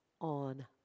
on